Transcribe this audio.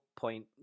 point